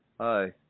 Hi